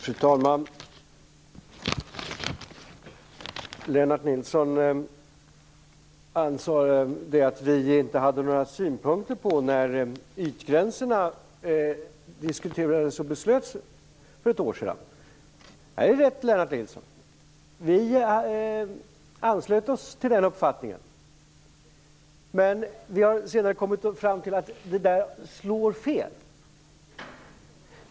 Fru talman! Lennart Nilsson sade att vi inte hade några synpunkter när ytgränserna diskuterades och man fattade beslut för ett år sedan. Det är rätt, Lennart Nilsson. Vi anslöt oss till den uppfattningen. Men vi har senare kommit fram till att det slår fel.